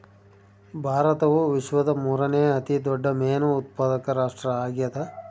ಭಾರತವು ವಿಶ್ವದ ಮೂರನೇ ಅತಿ ದೊಡ್ಡ ಮೇನು ಉತ್ಪಾದಕ ರಾಷ್ಟ್ರ ಆಗ್ಯದ